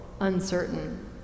uncertain